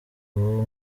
ubu